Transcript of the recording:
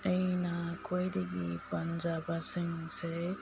ꯑꯩꯅ ꯈ꯭ꯋꯥꯏꯗꯒꯤ ꯄꯥꯝꯖꯕꯁꯤꯡꯁꯦ